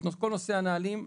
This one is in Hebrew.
כל נושא הנהלים,